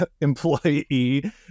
employee